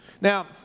Now